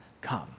come